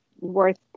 worth